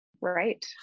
right